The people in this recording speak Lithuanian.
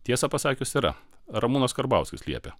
tiesą pasakius yra ramūnas karbauskis liepė